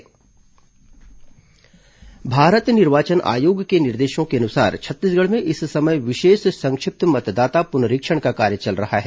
मतदाता सूची पुनरीक्षण भारत निर्वाचन आयोग के निर्देशों के अनुसार छत्तीसगढ़ में इस समय विशेष संक्षिप्त मतदाता पुनरीक्षण का कार्य चल रहा है